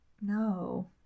No